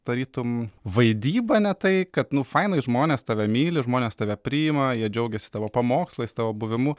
tarytum vaidyba ne tai kad nu fainai žmonės tave myli žmonės tave priima jie džiaugiasi tavo pamokslais tavo buvimu